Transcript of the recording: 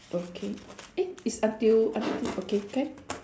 okay eh it's until until okay can